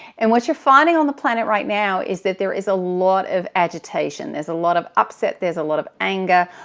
and what you're finding on the planet right now is that there is a lot of agitation. there's a lot of upset. there's a lot of anger.